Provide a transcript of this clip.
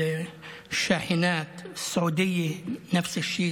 (אומר בערבית: המשאיות,) סעודיה,